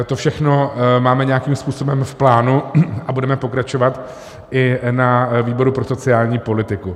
To všechno máme nějakým způsobem v plánu a budeme pokračovat i na výboru pro sociální politiku.